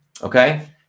Okay